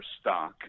stock